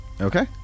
Okay